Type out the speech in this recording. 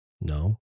No